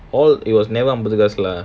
orh it was அம்பது காசு:ambathu kaasu lah